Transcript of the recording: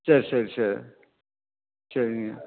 சரி சரி சார் சரிங்க